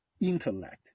intellect